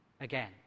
again